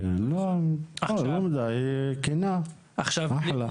היא כנה, אחלה.